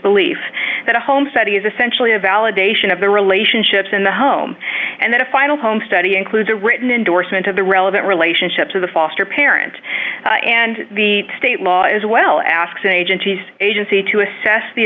belief that a home study is essentially a validation of the relationships in the home and that a final home study includes a written endorsement of the relevant relationships of the foster parent and the state law as well asks agencies agency to assess the